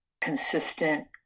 consistent